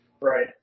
Right